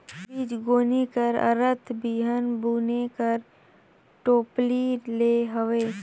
बीजगोनी कर अरथ बीहन बुने कर टोपली ले हवे